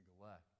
neglect